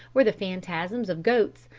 were the phantasms of goats,